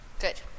Good